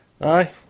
Aye